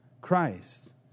Christ